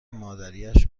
مادریاش